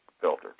filter